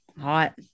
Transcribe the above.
hot